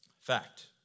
Fact